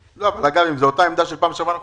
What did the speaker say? אם זו אותה עמדה של הפעם שעברה,